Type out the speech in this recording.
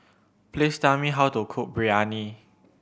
please tell me how to cook Biryani